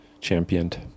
championed